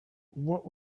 what